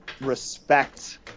respect